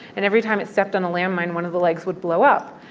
and every time it stepped on a landmine, one of the legs would blow up.